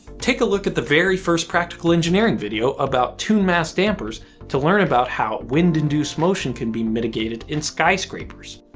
take a look at the very first practical engineering video about tuned mass dampers to learn about how wind-induced motion can be mitigated in skyscrapers.